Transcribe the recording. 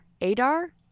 Adar